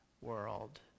world